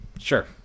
Sure